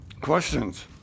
questions